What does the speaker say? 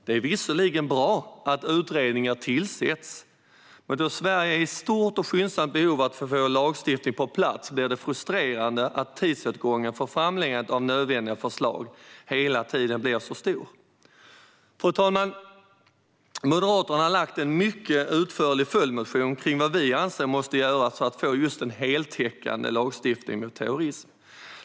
Det är visserligen bra att utredningar tillsätts. Men då Sverige är i stort och skyndsamt behov av att få lagstiftning på plats blir det frustrerande att tidsåtgången för framläggande av nödvändiga förslag hela tiden blir så stor. Fru talman! Moderaterna har väckt en mycket utförlig följdmotion om vad vi anser måste göras för att få just en heltäckande lagstiftning mot terrorism.